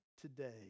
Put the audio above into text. today